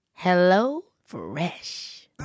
HelloFresh